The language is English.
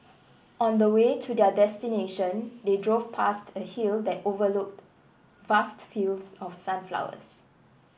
on the way to their destination they drove past a hill that overlooked vast fields of sunflowers